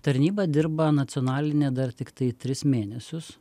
tarnyba dirba nacionalinė dar tiktai tris mėnesius